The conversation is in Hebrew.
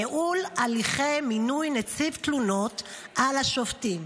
ייעול הליכי מינוי נציב תלונות על שופטים.